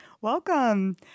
Welcome